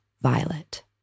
Violet